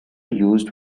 used